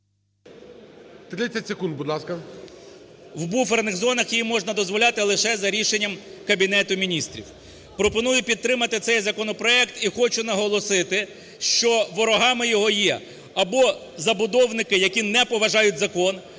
у буферних зонах її можна дозволяти лише за рішенням Кабінету Міністрів. Пропоную підтримати цей законопроект і хочу наголосити, що ворогами його є: або забудовники, які не поважають закон,